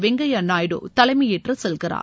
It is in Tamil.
வெங்கையா நாயுடு தலைமையேற்றுச் செல்கிறார்